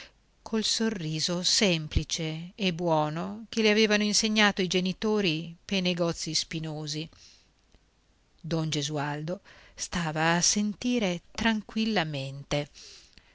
col sorriso semplice e buono che le avevano insegnato i genitori pei negozi spinosi don gesualdo stava a sentire tranquillamente